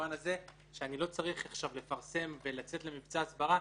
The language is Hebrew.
למובן הזה שאני לא צריך עכשיו לפרסם ולצאת למבצע הסברה,